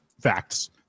facts